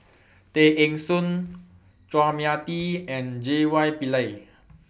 Tay Eng Soon Chua Mia Tee and J Y Pillay